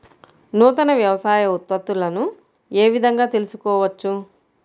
నూతన వ్యవసాయ ఉత్పత్తులను ఏ విధంగా తెలుసుకోవచ్చు?